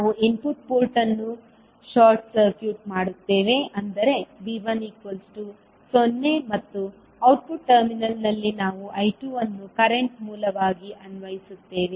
ನಾವು input port ಅನ್ನು short circuit ಮಾಡುತ್ತೇವೆ ಅಂದರೆ V10 ಮತ್ತು ಔಟ್ಪುಟ್ ಟರ್ಮಿನಲ್ನಲ್ಲಿ ನಾವು I2 ಅನ್ನು ಕರೆಂಟ್ ಮೂಲವಾಗಿ ಅನ್ವಯಿಸುತ್ತೇವೆ